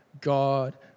God